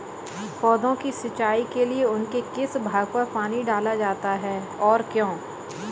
पौधों की सिंचाई के लिए उनके किस भाग पर पानी डाला जाता है और क्यों?